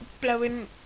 blowing